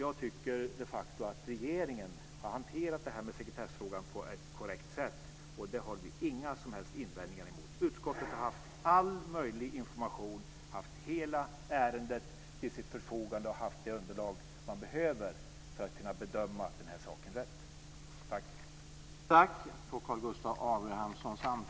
Jag tycker de facto att regeringen har hanterat sekretessfrågan på ett korrekt sätt, och vi har inga som helst invändningar emot det. Utskottet har haft all möjlig information. Man har haft hela ärendet till sitt förfogande och det underlag som man behöver för att kunna bedöma saken rätt.